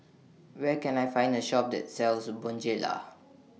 Where Can I Find A Shop that sells Bonjela